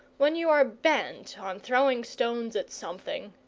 when you are bent on throwing stones at something,